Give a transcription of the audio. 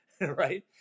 right